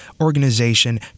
organization